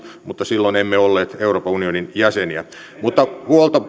mutta silloin emme olleet euroopan unionin jäseniä mutta